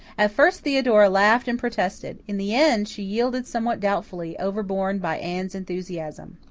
at first theodora laughed and protested. in the end, she yielded somewhat doubtfully, overborne by anne's enthusiasm.